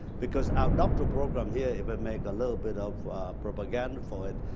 because our doctoral program here, if i make a little bit of propaganda for it,